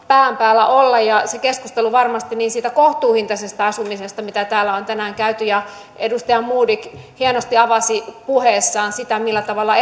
pään päällä olla ja varmasti sitä keskustelua kohtuuhintaisesta asumisesta mitä täällä on tänään käyty edustaja modig hienosti avasi puheessaan sitä millä tavalla